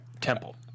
Temple